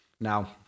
Now